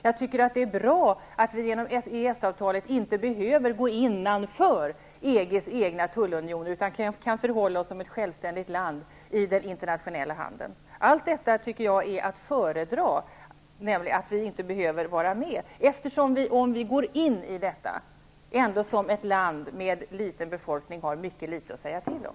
Jag tycker att det är bra att vi genom EES-avtalet inte behöver gå innanför EG:s tullunion utan kan förhålla oss som ett självständigt land i den internationella handeln. Allt detta tycker jag är att föredra. Om vi går in i EG har vi ändå som ett land med liten befolkning mycket litet att säga till om.